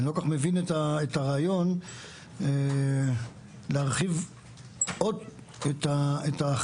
אני לא כל כך מבין את הרעיון להרחיב עוד את ההחרגה